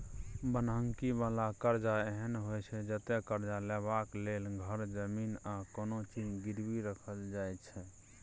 बन्हकी बला करजा एहन होइ छै जतय करजा लेबाक लेल घर, जमीन आ कोनो चीज गिरबी राखल जाइ छै